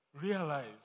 realize